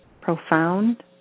profound